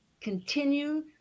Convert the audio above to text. continue